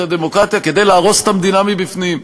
הדמוקרטיה כדי להרוס את המדינה מבפנים,